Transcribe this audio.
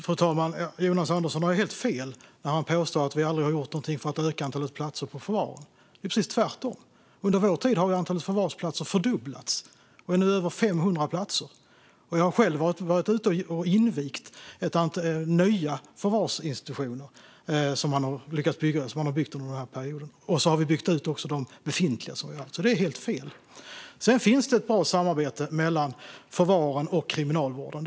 Fru talman! Jonas Andersson har helt fel när han påstår att vi aldrig har gjort något för att öka antalet platser på förvaren. Det är precis tvärtom. Under vår tid har antalet förvarsplatser fördubblats. Det är nu över 500 platser. Jag har själv invigt ett antal nya förvarsinstitutioner som har byggts under den här perioden. Vi har också byggt ut de befintliga förvaren. Jonas Andersson har alltså helt fel. Det finns också ett bra samarbete mellan förvaren och kriminalvården.